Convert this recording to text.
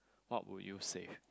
what would you save